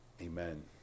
Amen